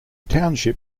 township